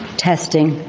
testing,